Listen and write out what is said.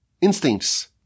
instincts